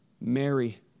Mary